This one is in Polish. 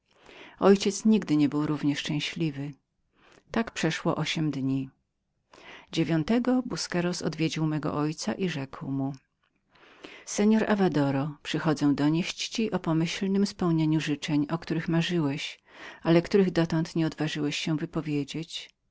ojciec nigdy nie był równie szczęśliwym tak przeszło ośm dni dziewiątego busqueros odwiedził mego ojca i rzekł mu seor avadoro przychodzę donieść ci o pomyślnem spełnieniu życzeń o których marzyłeś ale których dotąd nieodważyłeś się wypowiedzieć